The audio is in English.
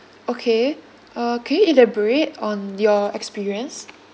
okay uh can you elaborate on your experience